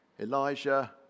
Elijah